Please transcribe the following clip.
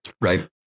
Right